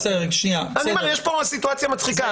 אני אומר שיש פה סיטואציה מצחיקה.